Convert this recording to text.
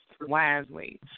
wisely